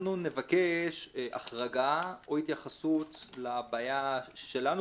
אנחנו נבקש החרגה או התייחסות לבעיה שלנו.